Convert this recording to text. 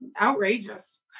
outrageous